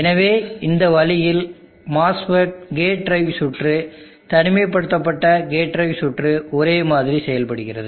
எனவே இந்த வழியில் MOSFET கேட் டிரைவ் சுற்று தனிமைப்படுத்தப்பட்ட கேட் டிரைவ் சுற்று ஒரே மாதிரி செயல்படுகிறது